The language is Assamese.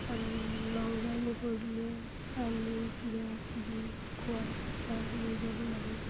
আৰু লং জাৰ্ণি কৰিলে পানী কিবাকিবি খোৱা চিতা লৈ যাব লাগে